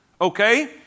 Okay